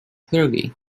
clearly